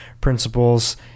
principles